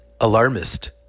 Alarmist